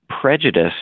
prejudice